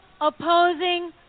opposing